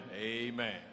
Amen